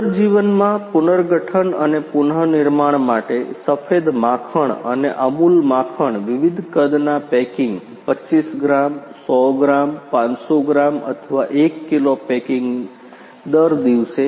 પુનર્જીવનમાં પુનર્ગઠન અને પુનનિર્માણ માટે સફેદ માખણ અને અમૂલ માખણ વિવિધ કદના પેકિંગ 25 ગ્રામ 100 ગ્રામ 500 ગ્રામ અથવા 1 કિલો પેકિંગ દર દિવસે